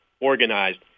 organized